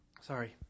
Sorry